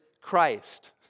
Christ